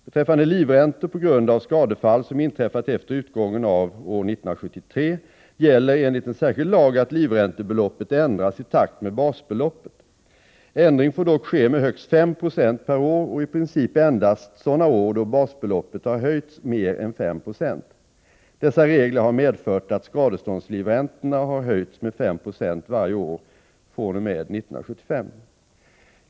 Beträffande livräntor på grund av skadefall som inträffat efter utgången av år 1973 gäller enligt en särskild lag att livräntebeloppet ändras i takt med basbeloppet. Ändring får dock ske med högst 5 26 per år och i princip endast sådana år då basbeloppet har höjts mer än 5 70. Dessa regler har medfört att skadeståndslivräntorna har höjts med 5 90 varje år fr.o.m. 1975.